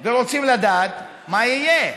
ורוצים לדעת מה יהיה,